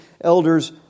elders